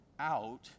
out